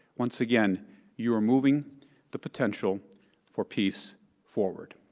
once again you are moving the potential for peace forward.